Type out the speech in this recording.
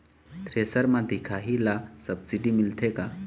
Thresher म दिखाही ला सब्सिडी मिलथे का?